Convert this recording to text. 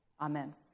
Amen